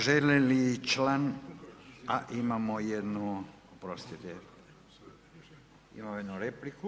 Želi li član, a imamo jednu, oprostite, imamo jednu repliku.